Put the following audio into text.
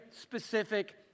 specific